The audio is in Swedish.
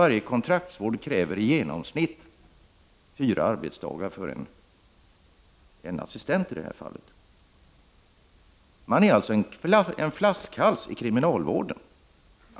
Varje gång kontraktsvård ges krävs det i genomsnitt fyra arbetsdagar för en assistent. Det handlar alltså om en flaskhals i kriminalvården.